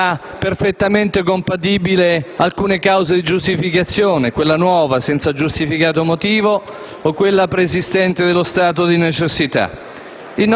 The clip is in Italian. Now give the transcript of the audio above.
siano perfettamente compatibili alcune cause di giustificazione, quella nuova, «salvo giustificato motivo», o quella preesistente dello stato di necessità.